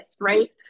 right